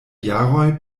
jaroj